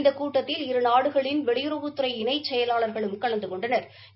இந்த கூட்டத்தில் இரு நாடுகளின் வெளியுறவுத்துறை இணைச் செயலாளகளும் கலந்து கொண்டனா்